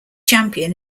champion